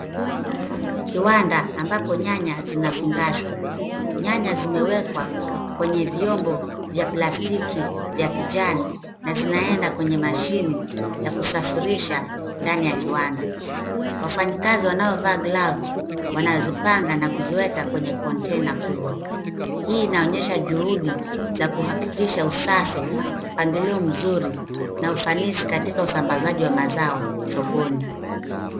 Kiwanda ambapo nyanya zinafungashwa. Nyanya zimewekwa kwenye vyombo vya plastiki vya kijani, na zinaenda kwenye mashine ya kusafirisha ndani ya kiwanda. Wafanyikazi wanaovaa glavu wanazipanga na kuziweka kwenye kontena kubwa. Hii inaonyesha juhudi za kuhakikisha usafi, mpangilio mzuri, na ufanisi katika usambazaji wa mazao sokoni.